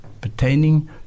pertaining